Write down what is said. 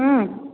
ହୁଁ